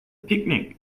picnic